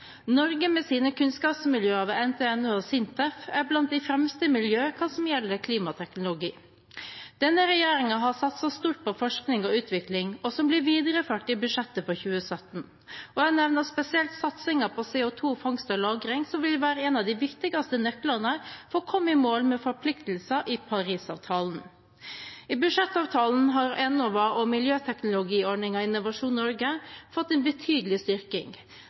Norge, med sine kunnskapsmiljøer ved NTNU og SINTEF, er blant de fremste miljøer hva gjelder klimateknologi. Denne regjeringen har satset stort på forskning og utvikling, og det blir videreført i budsjettet for 2017. Jeg nevner spesielt satsingen på CO 2 -fangst og -lagring, som vil være en av de viktigste nøklene for å komme i mål med forpliktelser i Paris-avtalen. I budsjettavtalen har Enova og miljøteknologiordningen i Innovasjon Norge fått en betydelig styrking.